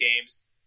games